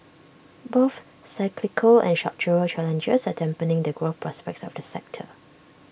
both cyclical and structural challenges are dampening the growth prospects of this sector